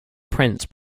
prince